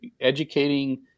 educating